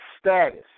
status